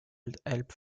helped